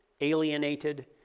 alienated